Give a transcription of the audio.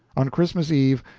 on christmas eve,